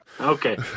Okay